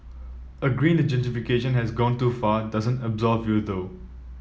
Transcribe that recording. agreeing that gentrification has gone too far doesn't absolve you though